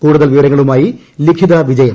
കൂടുതൽ വിവരങ്ങളുമായി ലിഖിത വിജയൻ